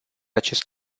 acest